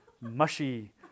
mushy